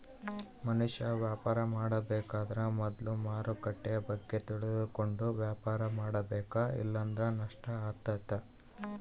ಮನುಷ್ಯ ವ್ಯಾಪಾರ ಮಾಡಬೇಕಾದ್ರ ಮೊದ್ಲು ಮಾರುಕಟ್ಟೆ ಬಗ್ಗೆ ತಿಳಕಂಡು ವ್ಯಾಪಾರ ಮಾಡಬೇಕ ಇಲ್ಲಂದ್ರ ನಷ್ಟ ಆತತೆ